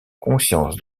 conscience